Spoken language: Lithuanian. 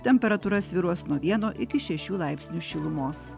temperatūra svyruos nuo vieno iki šešių laipsnių šilumos